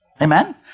Amen